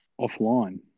Offline